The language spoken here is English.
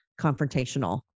confrontational